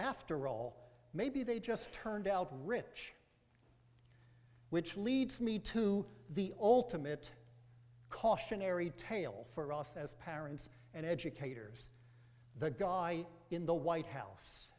after all maybe they just turned out rich which leads me to the ultimate cautionary tale for us as parents and educators the guy in the white house